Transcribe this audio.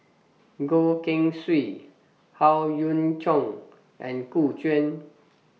Goh Keng Swee Howe Yoon Chong and Gu Juan